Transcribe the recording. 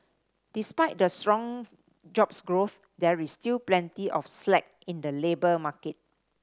despite the strong jobs growth there is still plenty of slack in the labour market